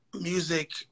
music